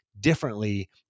differently